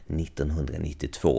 1992